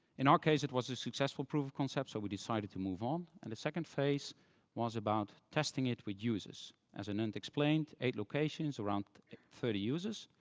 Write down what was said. in our case, it was a successful proof of concept, so we decided to move on. and the second phase was about testing it with users as anand explained, eight locations around thirty users.